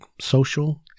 social